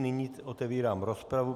Nyní otevírám rozpravu.